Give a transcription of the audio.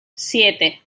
siete